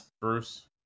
Bruce